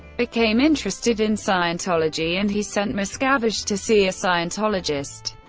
became interested in scientology, and he sent miscavige to see a scientologist.